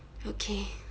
okay